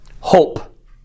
Hope